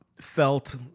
felt